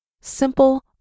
simple